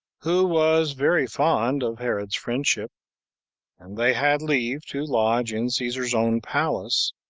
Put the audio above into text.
who was very fond of herod's friendship and they had leave to lodge in caesar's own palace,